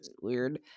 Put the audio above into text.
weird